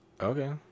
okay